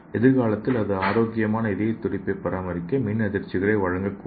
எதிர்காலத்தில் இது ஆரோக்கியமான இதயத் துடிப்பை பராமரிக்க மின் அதிர்ச்சிகளை வழங்கக்கூடும்